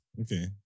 Okay